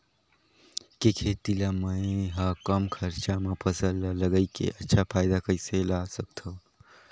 के खेती ला मै ह कम खरचा मा फसल ला लगई के अच्छा फायदा कइसे ला सकथव?